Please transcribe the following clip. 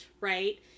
right